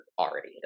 already